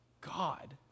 God